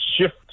shift